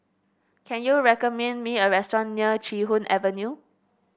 can you recommend me a restaurant near Chee Hoon Avenue